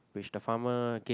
which the farmer gave